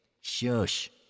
Shush